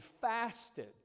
fasted